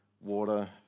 water